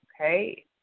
Okay